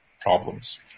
problems